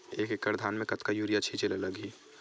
एक एकड़ धान में कतका यूरिया छिंचे ला लगही?